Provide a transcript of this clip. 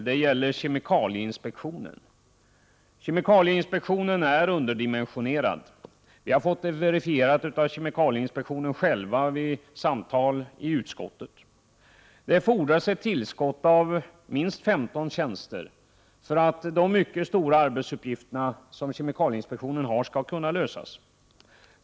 Det gäller kemikalieinspektionen. Kemikalieinspektionen är underdimensionerad. Vi har i utskottet fått detta bekräftat i samtal med företrädare för kemikalieinspektionen. Det fordras ett tillskott av minst 15 tjänster för att de mycket omfattande arbetsuppgifter som kemikalieinspektionen har skall kunna utföras.